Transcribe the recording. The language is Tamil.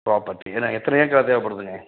ப்ரோபர்ட்டி என்ன எத்தனை ஏக்கர் தேவைப்படுதுங்க